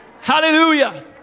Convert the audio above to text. Hallelujah